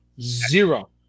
Zero